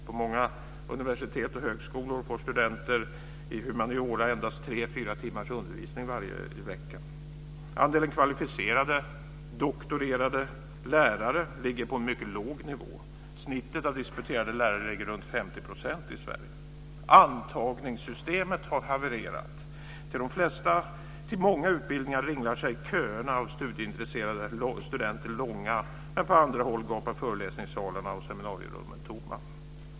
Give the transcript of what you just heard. På många universitet och högskolor får studenter i humaniora endast tre fyra timmars undervisning i veckan. - Andelen kvalificerade, disputerade lärare ligger på en mycket låg nivå. Snittet av disputerade lärare ligger runt 50 % i Sverige. - Antagningssystemet har havererat. Till många utbildningar ringlar sig köerna av studieintresserade studenter långa. På andra håll gapar föreläsningssalarna och seminarierummen tomma.